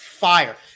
Fire